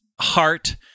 heart